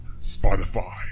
Spotify